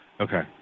Okay